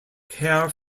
care